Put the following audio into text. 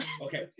okay